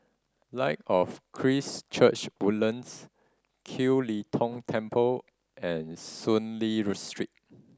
Light of Christ Church Woodlands Kiew Lee Tong Temple and Soon Lee Street